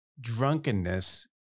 drunkenness